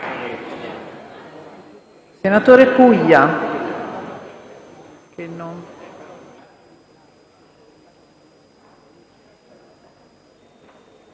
senatore Puglia.